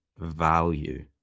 value